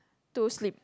to sleep